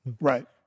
Right